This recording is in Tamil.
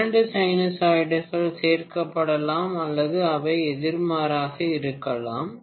இரண்டு சைனாய்டுகள் சேர்க்கப்படலாம் அல்லது அவை எதிர்மாறாக இருக்கலாம்